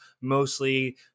mostly